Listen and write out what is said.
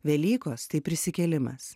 velykos tai prisikėlimas